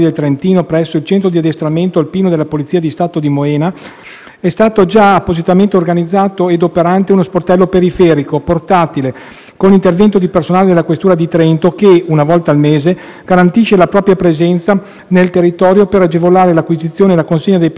è stato già appositamente organizzato ed operante uno "sportello periferico" portatile con l'intervento di personale della questura di Trento che, una volta al mese, garantisce la propria presenza sul territorio per agevolare l'acquisizione e la consegna dei passaporti e dei documenti di accompagno per i minori di quindici